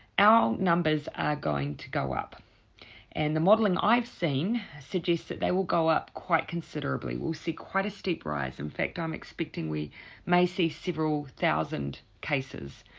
our numbers are going to go up and the modelling i've seen suggests that they will go up quite considerably. we'll see quite a steep rise. in fact i'm expecting we may see several thousand cases